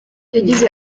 yagize